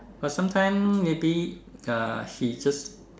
but sometime maybe uh he just